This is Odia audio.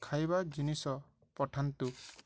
ଖାଇବା ଜିନିଷ ପଠାନ୍ତୁ